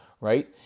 right